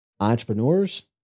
entrepreneurs